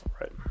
right